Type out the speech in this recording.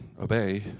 obey